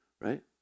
right